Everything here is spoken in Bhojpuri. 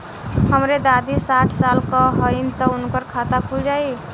हमरे दादी साढ़ साल क हइ त उनकर खाता खुल जाई?